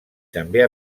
també